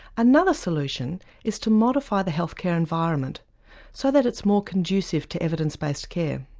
another solution is to modify the health care environment so that it's more conducive to evidence based care.